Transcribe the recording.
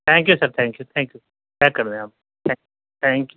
thank you sir thank you thank you pack کر دیں آپ تھینک یو